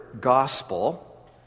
gospel